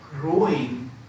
growing